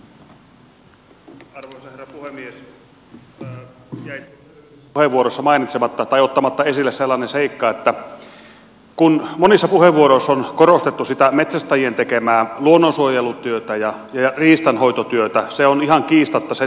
jäi tuossa edellisessä puheenvuorossa mainitsematta tai ottamatta esille sellainen seikka että kun monissa puheenvuorossa on korostettu sitä metsästäjien tekemää luonnonsuojelutyötä ja riistanhoitotyötä niin se on ihan kiistatonta sen myöntävät kaikki